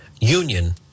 union